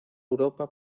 europa